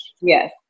Yes